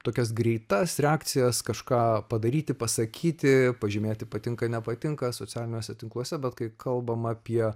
tokias greitas reakcijas kažką padaryti pasakyti pažymėti patinka nepatinka socialiniuose tinkluose bet kai kalbama apie